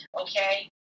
Okay